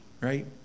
right